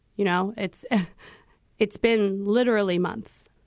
you know, it's it's been literally months